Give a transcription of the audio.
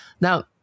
Now